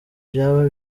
byaba